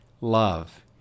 love